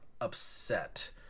upset